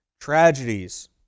tragedies